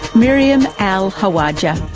maryam al-khawaja,